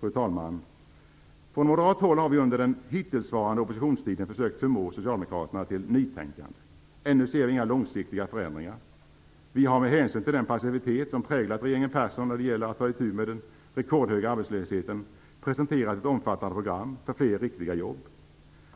Fru talman! Från Moderat håll har vi under den hittillsvarande oppositionstiden försökt förmå Socialdemokraterna till nytänkande. Ännu ser vi inte några långsiktiga förändringar. Vi har med hänsyn till den passivitet som präglat regeringen Persson när det gäller att ta itu med den rekordhöga arbetslösheten presenterat ett omfattande program för fler riktiga jobb.